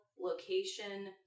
location